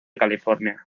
california